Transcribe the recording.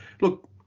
Look